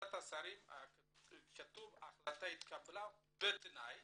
בוועדת השרים נכתב שההחלטה התקבלה בתנאי